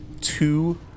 two